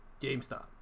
GameStop